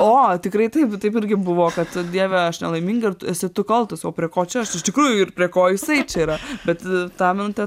o tikrai taip taip irgi buvo kad dieve aš nelaiminga ir tu esi tu kaltas o prie ko čia aš iš tikrųjų ir prie ko jisai čia yra bet tą minutę